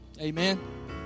Amen